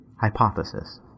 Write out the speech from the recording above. Hypothesis